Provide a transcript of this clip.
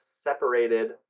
separated